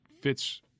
fits